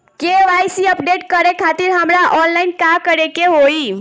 KYC update करे खातिर हमरा ऑनलाइन का करे के होई?